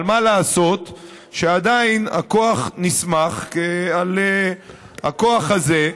אבל מה לעשות שעדיין הכוח נסמך על הכוח הזה,